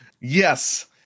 Yes